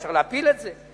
אפשר להפיל את זה.